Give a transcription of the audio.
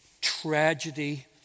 tragedy